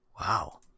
Wow